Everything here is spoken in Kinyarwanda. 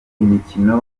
imikino